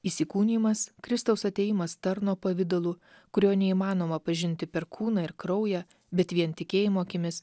įsikūnijimas kristaus atėjimas tarno pavidalu kurio neįmanoma pažinti per kūną ir kraują bet vien tikėjimo akimis